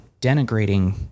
denigrating